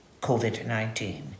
COVID-19